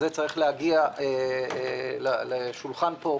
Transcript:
זה צריך להגיע לשולחן פה.